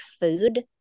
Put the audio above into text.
food